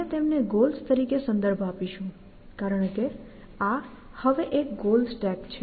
આપણે તેમને ગોલ્સ તરીકે સંદર્ભ આપીશું કારણ કે આ હવે એક ગોલ સ્ટેક છે